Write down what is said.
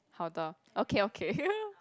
好的 okay okay